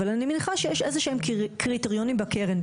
אבל אני מניחה שיש איזה שהם קריטריונים בקרן.